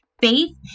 Faith